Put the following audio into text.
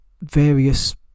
various